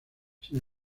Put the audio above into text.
sin